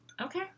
Okay